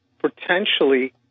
potentially